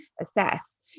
assess